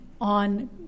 on